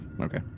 Okay